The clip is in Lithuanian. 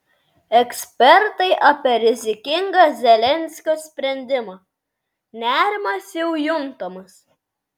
ekspertai apie rizikingą zelenskio sprendimą nerimas jau juntamas